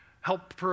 help